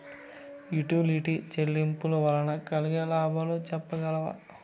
Utility చెల్లింపులు వల్ల కలిగే లాభాలు సెప్పగలరా?